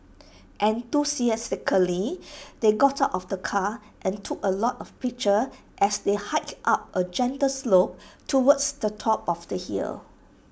enthusiastically they got out of the car and took A lot of pictures as they hiked up A gentle slope towards the top of the hill